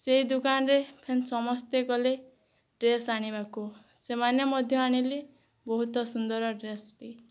ସେଇ ଦୋକାନରେ ଫେନ୍ ସମସ୍ତେ ଗଲେ ଡ୍ରେସ ଆଣିବାକୁ ସେମାନେ ମଧ୍ୟ ଆଣିଲେ ବହୁତ ସୁନ୍ଦର ଡ୍ରେସଟି